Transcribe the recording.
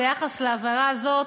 ביחס לעבירה הזאת,